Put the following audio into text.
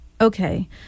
Okay